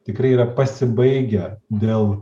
tikrai yra pasibaigę dėl